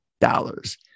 dollars